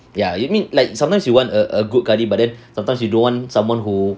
ya you need like sometimes you want a a good kadi but then sometimes you don't want someone who